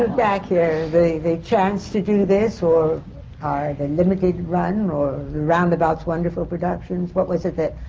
back here? the. the chance to do this? or or the limited run? or the roundabouts, wonderful productions? what was it that